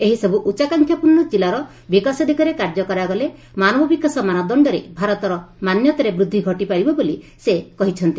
ଏହିସବୁ ଉଚାକାଂକ୍ଷାପୂର୍ଣ୍ଣ କିଲ୍ଲାର ବିକାଶ ଦିଗରେ କାର୍ଯ୍ୟ କରାଗଲେ ମାନବ ବିକାଶ ମାନଦଣ୍ଡରେ ଭାରତର ମାନ୍ୟତାରେ ବୃଦ୍ଧି ଘଟିପାରିବ ବୋଲି ସେ କହିଛନ୍ତି